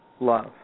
love